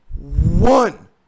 one